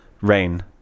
Rain